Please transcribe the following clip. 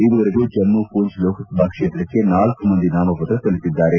ಇದುವರೆಗೂ ಜಮ್ಮ ಪೂಂಚ್ ಲೋಕಸಭಾ ಕ್ಷೇತ್ರಕ್ಕೆ ನಾಲ್ಕು ಮಂದಿ ನಾಮಪತ್ರ ಸಲ್ಲಿಸಿದ್ದಾರೆ